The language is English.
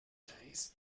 days